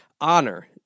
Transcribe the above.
honor